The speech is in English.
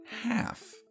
half